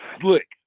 slick